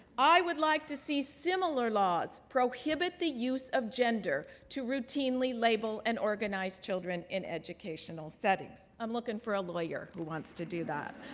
i would like to see similar laws prohibit the use of gender to routinely label and organize children in educational settings. i'm looking for a lawyer who wants to do that.